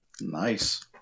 Nice